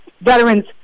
veterans